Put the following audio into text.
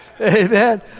Amen